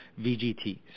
VGTs